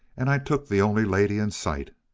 and i took the only lady in sight.